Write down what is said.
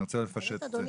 אני רוצה לפשט את זה.